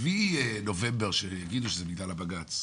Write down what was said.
עזבי נובמבר שיגידו שזה בגלל הבג"ץ,